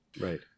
Right